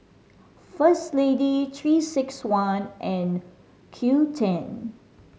First Lady Three Six One and Qoo ten